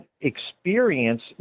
experience